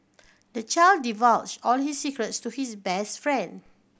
the child divulged all his secrets to his best friend